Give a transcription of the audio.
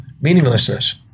meaninglessness